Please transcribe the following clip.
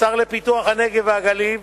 השר לפיתוח הנגב והגליל,